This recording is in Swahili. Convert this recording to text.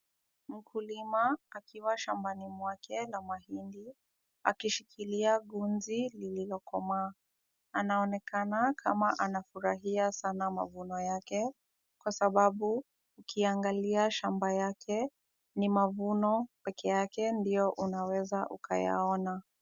Mkulima akiwa shambani mwake la mahindi akishikilia gunzi lililo komaa. Anaonekana kama anafurahia sana mavuno yake kwa sababu, ukiangalia shamba yake, ni mavuno peke yake ndio unaweza ukayaona.